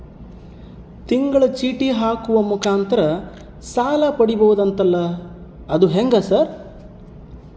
ತಿಂಗಳ ಚೇಟಿ ಹಾಕುವ ಮುಖಾಂತರ ಸಾಲ ಪಡಿಬಹುದಂತಲ ಅದು ಹೆಂಗ ಸರ್?